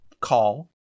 call